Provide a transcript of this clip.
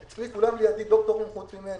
אצלנו כולם דוקטורים, פרט לי.